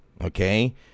Okay